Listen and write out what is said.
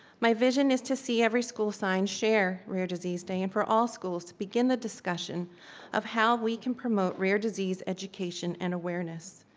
my vision is to see every school sign share rare disease day and for all schools to begin the discussion of how we can promote rare disease education and awareness.